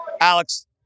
Alex